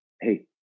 hey